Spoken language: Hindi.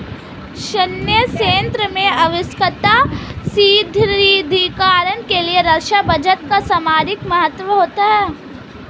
सैन्य क्षेत्र में आवश्यक सुदृढ़ीकरण के लिए रक्षा बजट का सामरिक महत्व होता है